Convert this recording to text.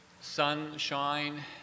sunshine